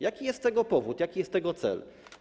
Jaki jest tego powód, jakie jest tego cel?